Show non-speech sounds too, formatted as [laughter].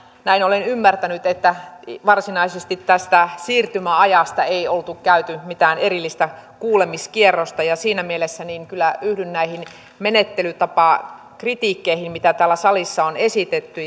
näin olen ymmärtänyt että varsinaisesti tästä siirtymäajasta ei oltu käyty mitään erillistä kuulemiskierrosta ja siinä mielessä kyllä yhdyn näihin menettelytapakritiikkeihin mitä täällä salissa on esitetty [unintelligible]